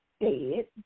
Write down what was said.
dead